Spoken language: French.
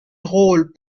rôles